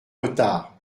retard